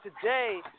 today